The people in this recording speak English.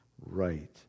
right